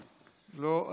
לא.